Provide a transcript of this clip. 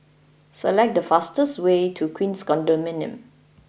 select the fastest way to Queens Condominium